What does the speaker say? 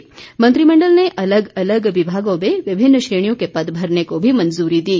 इसके अलावा मंत्रिमंडल ने अलग अलग विभागों में विभिन्न श्रेणियों के पद भरने को भी मंजूरी दी